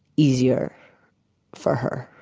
easier for her.